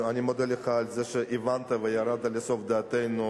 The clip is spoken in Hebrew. אני מודה לך על זה שהבנת וירדת לסוף דעתנו,